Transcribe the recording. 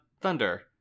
thunder